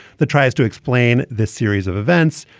the tries to explain this series of events,